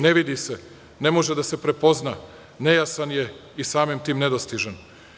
Ne vidi se, ne može da se prepozna, nejasan je i samim tim nedostižan.